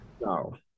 No